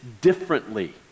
differently